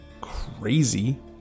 crazy